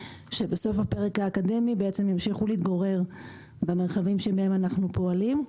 שבסוף הפרק האקדמי ימשיכו להתגורר במרחבים שבהם אנחנו פועלים.